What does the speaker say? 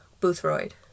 Boothroyd